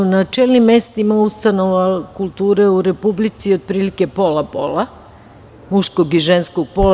Na čelnim mestima ustanova kulture u Republici je otprilike pola-pola muškog i ženskog pola.